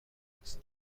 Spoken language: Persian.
است